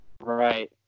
right